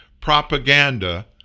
propaganda